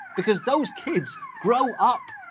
because those kids grow up.